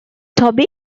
toby